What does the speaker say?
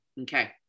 Okay